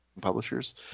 publishers